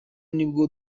nibwo